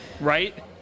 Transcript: Right